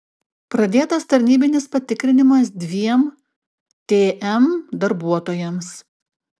pradėtas tarnybinis patikrinimas dviem tm darbuotojams